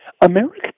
America